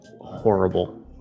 horrible